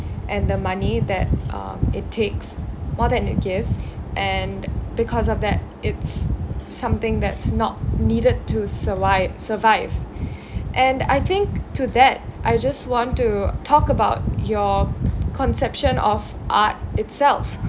and the money that uh it takes more than it gives and because of that it's something that's not needed to survi~ survive and I think to that I just want to talk about your conception of art itself